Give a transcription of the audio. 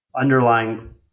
underlying